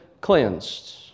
cleansed